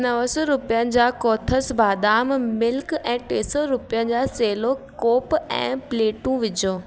नव सौ रुपियनि जा कोथस बादाम मिल्क ऐं टे सौ रुपियनि जा सेलो कोप ऐं प्लेटू विझो